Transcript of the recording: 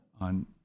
on